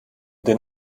den